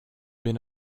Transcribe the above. been